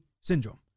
syndrome